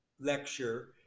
lecture